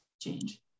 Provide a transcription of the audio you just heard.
change